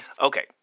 Okay